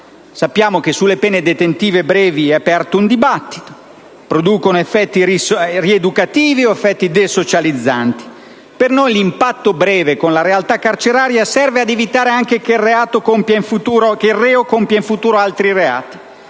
Sappiamo che sulle pene detentive brevi si è aperto un dibattito se esse producano effetti rieducativi oppure desocializzanti. Per noi, l'impatto breve con la realtà carceraria serve anche per evitare che il reo compia in futuro altri reati.